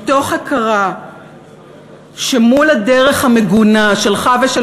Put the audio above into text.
מתוך הכרה שמול הדרך המגונה שלך ושל